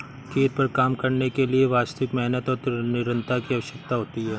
खेत पर काम करने के लिए वास्तविक मेहनत और निरंतरता की आवश्यकता होती है